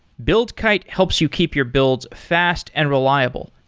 buildkite helps you keep your builds fast and reliable,